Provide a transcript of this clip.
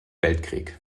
weltkrieg